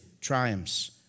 triumphs